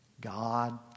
God